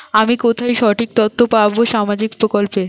আমি কোথায় সঠিক তথ্য পাবো সামাজিক প্রকল্পের?